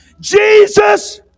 Jesus